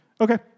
Okay